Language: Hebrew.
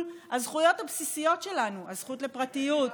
הזכויות הבסיסיות שלנו: הזכות לפרטיות,